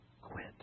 quit